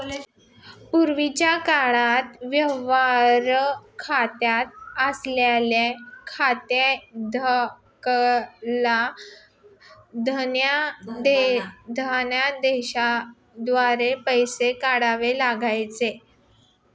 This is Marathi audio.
पूर्वीच्या काळात व्यवहार खाते असलेल्या खातेधारकाला धनदेशाद्वारे पैसे काढावे लागायचे